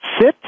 sit